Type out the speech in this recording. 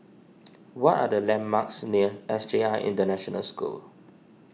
what are the landmarks near S J I International School